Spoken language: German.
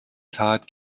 tat